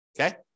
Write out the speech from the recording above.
Okay